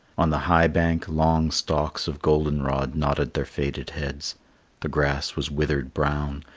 on the high bank long stalks of golden-rod nodded their faded heads the grass was withered brown,